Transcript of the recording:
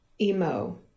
emo